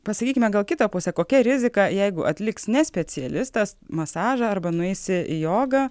pasakykime gal kitą pusę kokia rizika jeigu atliks ne specialistas masažą arba nueisi į jogą